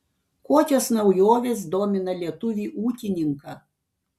kokios naujovės domina lietuvį ūkininką